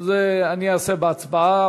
את זה אני אעשה בהצבעה,